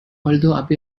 although